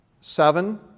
seven